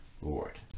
reward